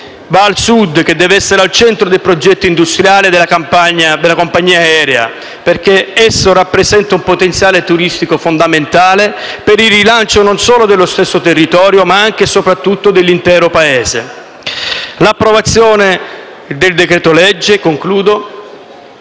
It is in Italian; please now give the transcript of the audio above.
va al Sud, che deve essere al centro del progetto industriale della compagnia aerea, perché esso rappresenta un potenziale turistico fondamentale per il rilancio, non solo del territorio, ma anche e soprattutto dell'intero Paese. La conversione in legge del